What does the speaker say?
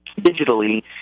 digitally